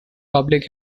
public